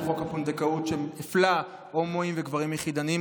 חוק הפונדקאות שהפלה הומואים וגברים יחידניים,